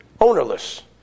ownerless